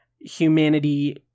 humanity